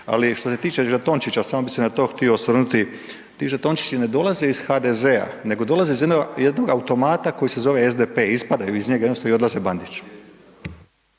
Ali što se tiče žetončića, samo bi se na to htio osvrnuti, ti žetončići ne dolaze iz HDZ-a, nego dolaze iz jednog automata koji se zove SDP, ispadaju iz njega i jednostavno odlaze Bandiću.